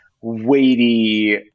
weighty